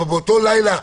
אבל באותו לילה,